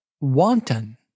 wanton